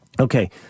Okay